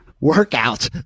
workout